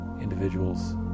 individuals